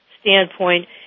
standpoint